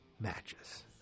matches